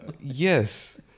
Yes